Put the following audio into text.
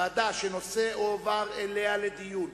ועדה שהנושא הועבר אליה לדיון,